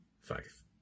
faith